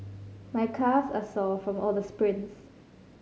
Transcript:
my calves are sore from all the sprints